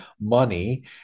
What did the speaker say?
money